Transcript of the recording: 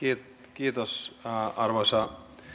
kiitos arvoisa